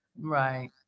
Right